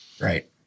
Right